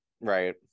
right